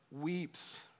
weeps